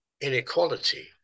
inequality